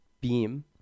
beam